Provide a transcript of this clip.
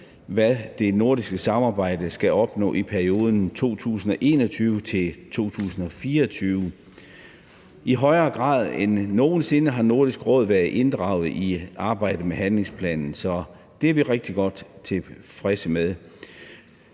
hvad det nordiske samarbejde skal opnå i perioden 2021-2024. I højere grad end nogen sinde har Nordisk Råd været inddraget i arbejdet med handlingsplanen, så det er vi rigtig godt tilfredse med.